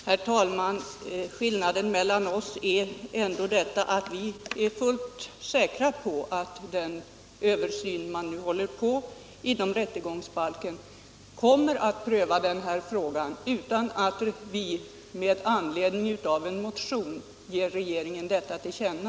Herr talman! Skillnaden på denna punkt är ändå att vi är fullt säkra på att man vid den översyn av rättegångsbalken som man nu håller på med kommer att pröva den här frågan utan att riksdagen med anledning av en motion ger regeringen detta till känna.